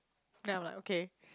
then I'm like okay